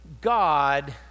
God